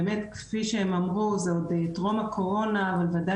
באמת כפי שהם אמרו זה עוד טרום הקורונה ובוודאי